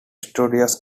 studios